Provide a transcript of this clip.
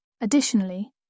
Additionally